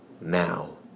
now